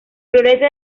florece